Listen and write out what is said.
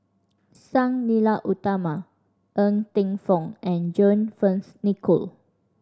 Sang Nila Utama Ng Teng Fong and John Fearns Nicoll